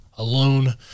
Alone